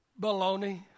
baloney